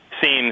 seems